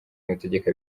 amategeko